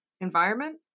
environment